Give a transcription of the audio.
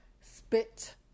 spit